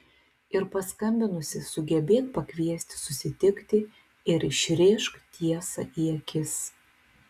ir paskambinusi sugebėk pakviesti susitikti ir išrėžk tiesą į akis